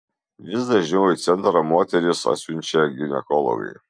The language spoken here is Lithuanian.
vis dažniau į centrą moteris atsiunčia ginekologai